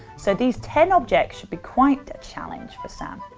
so these ten objects should be quite a challenge for sam.